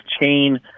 chain